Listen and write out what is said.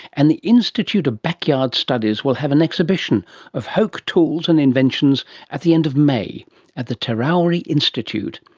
and the institute of backyard studies will have an exhibition of hoke tools and inventions at the end of may at the terowie institute,